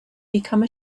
become